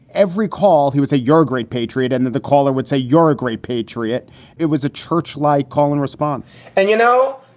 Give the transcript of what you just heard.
every call, he was a your great patriot and that the caller would say you're a great patriot it was a church like calling response and, you know,